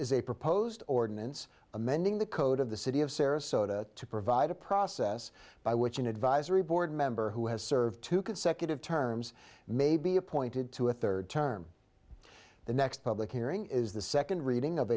a proposed ordinance amending the code of the city of sarasota to provide a process by which an advisory board member who has served two consecutive terms may be appointed to a third term the next public hearing is the second reading of